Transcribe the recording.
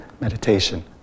meditation